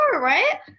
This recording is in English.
right